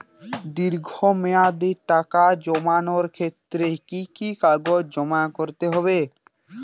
দীর্ঘ মেয়াদি টাকা জমানোর ক্ষেত্রে কি কি কাগজ জমা করতে হবে?